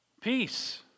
Peace